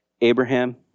Abraham